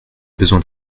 besoin